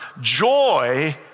joy